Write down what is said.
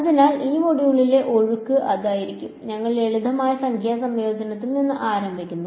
അതിനാൽ ഈ മൊഡ്യൂളിലെ ഒഴുക്ക് അതായിരിക്കും ഞങ്ങൾ ലളിതമായ സംഖ്യാ സംയോജനത്തിൽ നിന്ന് ആരംഭിക്കുന്നു